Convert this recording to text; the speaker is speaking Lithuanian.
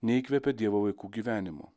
neįkvepia dievo vaikų gyvenimo